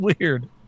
weird